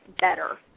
better